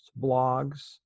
blogs